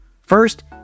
First